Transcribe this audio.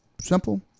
Simple